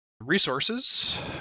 Resources